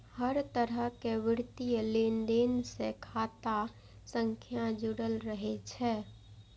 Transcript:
हर तरहक वित्तीय लेनदेन सं खाता संख्या जुड़ल रहै छै